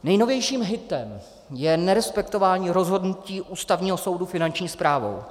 Nejnovějším hitem je nerespektování rozhodnutí Ústavního soudu Finanční správou.